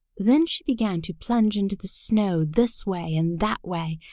then she began to plunge into the snow this way and that way,